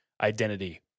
identity